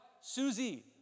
Susie